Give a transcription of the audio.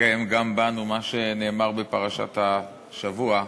יתקיים בנו גם מה שנאמר בפרשת השבוע: